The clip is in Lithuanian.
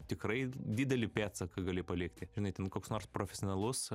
tikrai didelį pėdsaką gali palikti žinai ten koks nors profesionalus